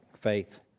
faith